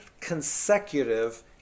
consecutive